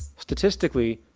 statistically,